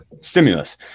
stimulus